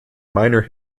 minor